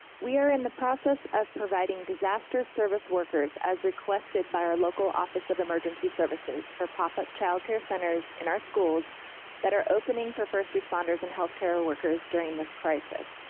we are in the process of providing disaster service workers, as requested by our local office of emergency services for pop-up childcare centers in our schools that are opening for first responders and health care workers during this crisis.